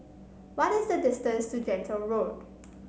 what is the distance to Gentle Road